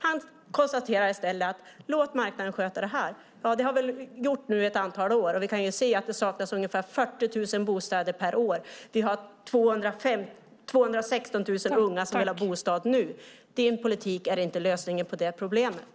Han konstaterar i stället att man ska låta marknaden sköta det här. Ja, så har det väl varit ett antal år, och vi kan se att det saknas ungefär 40 000 bostäder per år. Vi har 216 000 unga som vill ha bostad nu. Din politik är inte lösningen på det problemet.